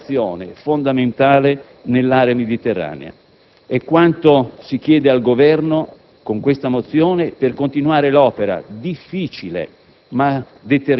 e la cooperazione fondamentale nell'area mediterranea. È quanto si chiede al Governo per continuare l'opera difficile,